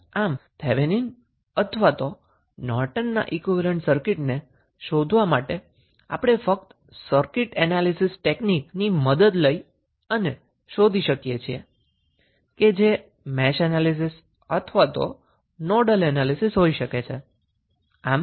આમ થેવેનીન અથવા તો નોર્ટન ઈક્વીવેલેન્ટ સર્કીટને શોધવા માટે આપણે ફક્ત સર્કીટ એનાલીસીસ ટેકનીકની મદદ લઈને શોધી શકીએ છીએ જે મેશ એનાલીસીસ અથવા નોડલ એનાલીસ હોઈ શકે છે